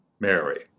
Mary